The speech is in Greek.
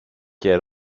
και